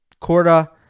Corda